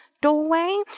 doorway